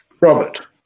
Robert